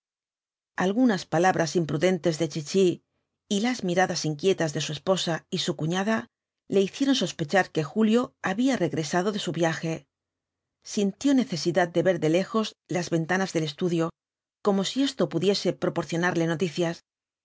algunas palabras imprudentes de chichi y las miradas inquietas de su esposa y su cuñada le hicieron sospechar que julio había regresado de su viaje sintió necesidad de ver de lejos las ventanas del estudio como si esto pudiese proporcionarle noticias